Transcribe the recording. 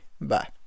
Bye